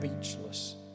speechless